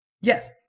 Yes